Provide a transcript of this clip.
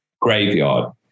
graveyard